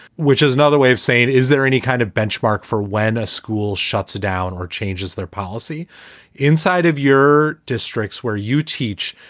which is another way of saying, is there any kind of benchmark for when a school shuts down or changes their policy inside of your districts where you teach?